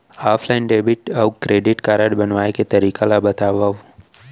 Offline debit अऊ credit card बनवाए के तरीका ल बतावव?